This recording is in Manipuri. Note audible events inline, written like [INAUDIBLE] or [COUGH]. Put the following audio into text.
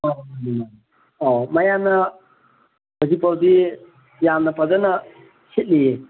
[UNINTELLIGIBLE] ꯑꯧ ꯃꯌꯥꯝꯅ ꯍꯧꯖꯤꯛꯐꯥꯎꯗꯤ ꯌꯥꯝꯅ ꯐꯖꯅ ꯁꯤꯠꯂꯤꯌꯦ